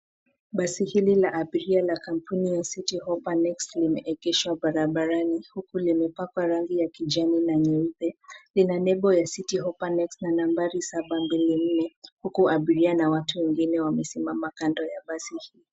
Basi hili la abiria, la kampuni ya Citi Hopa Next limeegeshwa barabarani, huku limepakwa rangi ya kijani na nyeupe. Lina nembo ya Citi Hopa Next na nambari 724, huku abiria na watu wengine wamesimama kando ya basi hii.